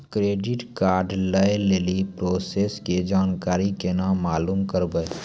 Credit card लय लेली process के जानकारी केना मालूम करबै?